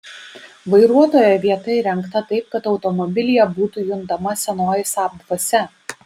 vairuotojo vieta įrengta taip kad automobilyje būtų juntama senoji saab dvasia